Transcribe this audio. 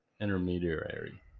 intermediary